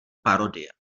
parodie